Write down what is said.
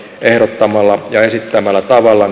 ehdottamalla ja esittämällä tavalla